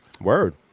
Word